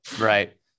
Right